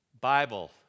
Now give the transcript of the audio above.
Bible